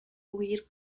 huir